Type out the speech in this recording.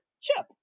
Chip